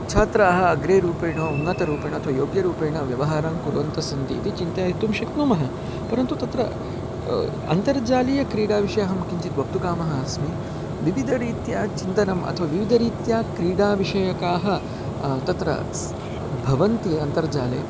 छात्राः अग्रे रूपेण उन्नतरूपेण अथवा योग्यरूपेण व्यवहारं कुर्वन्तः सन्ति इति चिन्तायतुं शक्नुमः परन्तु तत्र अन्तर्जालीयक्रीडाविषये अहं किञ्चित् वक्तुकामः अस्मि विविदरीत्या चिन्तनम् अथवा विविदरीत्या क्रीडाविषयकाः तत्र सः भवन्ति अन्तर्जाले